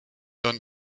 dann